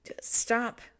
stop